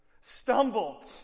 stumble